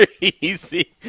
easy